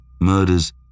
Murders